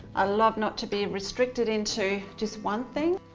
i love not to be restricted into just one thing.